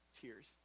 tears